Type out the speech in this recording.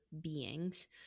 beings